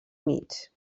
mig